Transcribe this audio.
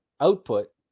output